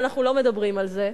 ואנחנו לא מדברים על זה,